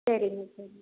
சரிங்க சரிங்க